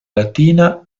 latina